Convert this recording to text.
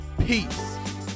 Peace